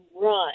run